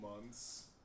months